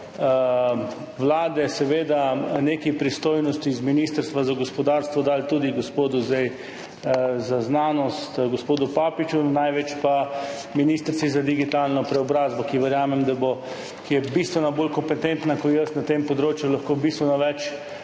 Vlade nekaj pristojnosti z ministrstva za gospodarstvo dali tudi [ministru] za znanost gospodu Papiču, največ pa ministrici za digitalno preobrazbo, ki je bistveno bolj kompetentna kot jaz na tem področju in ki verjamem, da